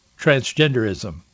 transgenderism